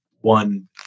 one